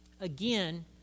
Again